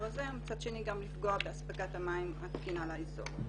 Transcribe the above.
הזה ומצד שני גם לפגוע באספקת המים התקינה לאזור.